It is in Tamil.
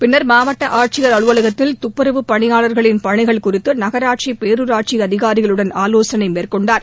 பின்னர் மாவட்ட ஆட்சியர் அலுவலகத்தில் தப்புரவுப் பணியாளர்களின் பணிகள் குறித்து நகராட்சி பேரூராட்சி அதிகாரிகளுடன் ஆலோசனை மேற்கொண்டார்